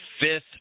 fifth